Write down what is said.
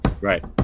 right